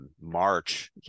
March